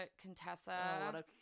Contessa